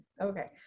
Okay